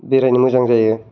बेरायनो मोजां जायो